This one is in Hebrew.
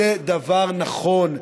אלו דברים נכונים,